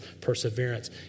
perseverance